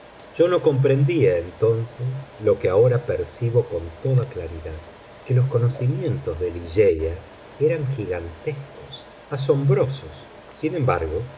yo no comprendía entonces lo que ahora percibo con toda claridad que los conocimientos de ligeia eran gigantescos asombrosos sin embargo